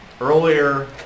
Earlier